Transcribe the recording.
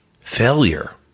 failure